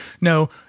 No